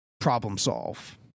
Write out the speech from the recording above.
problem-solve